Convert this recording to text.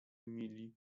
emilii